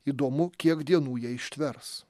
įdomu kiek dienų jie ištvers